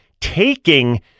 taking